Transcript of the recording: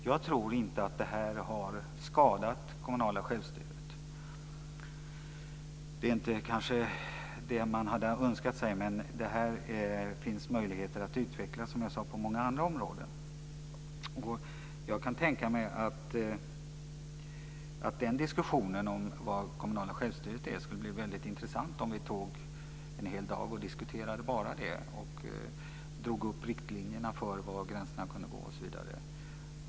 Jag tror inte att det här har skadat det kommunala självstyret. Det är kanske inte vad man hade önskat sig, men det finns, som jag sade, möjligheter att utvecklas det här på många andra områden. Jag kan tänka mig att diskussionen om vad det kommunala självstyret är skulle bli väldigt intressant om vi tog en hel dag och bara pratade om det. Då kunde vi dra upp riktlinjerna för var gränserna kan gå osv.